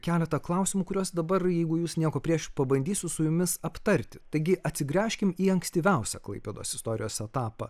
keletą klausimų kuriuos dabar jeigu jūs nieko prieš pabandysiu su jumis aptarti taigi atsigręžkim į ankstyviausią klaipėdos istorijos etapą